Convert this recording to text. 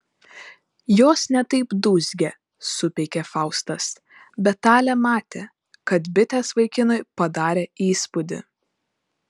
jos ne taip dūzgia supeikė faustas bet talė matė kad bitės vaikinui padarė įspūdį